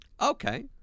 Okay